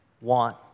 want